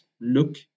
look